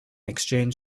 exchanged